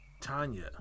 Tanya